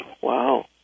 Wow